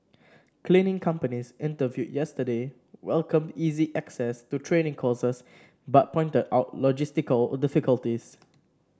cleaning companies interviewed yesterday welcomed easy access to training courses but pointed out logistical or difficulties